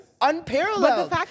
Unparalleled